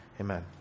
Amen